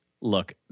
Look